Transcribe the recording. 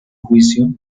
juicio